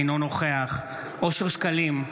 אינו נוכח אושר שקלים,